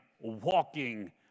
walking